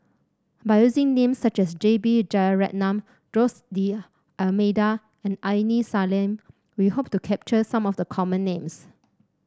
by using names such as J B Jeyaretnam Jose D'Almeida and Aini Salim we hope to capture some of the common names